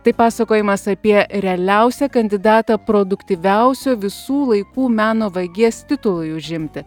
tai pasakojimas apie realiausią kandidatą produktyviausio visų laikų meno vagies titului užimti